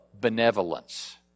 benevolence